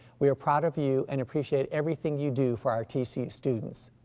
we are proud of you and appreciate everything you do for our tcu students.